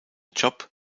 job